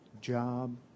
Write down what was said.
job